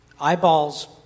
eyeballs